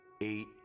Eight